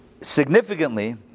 significantly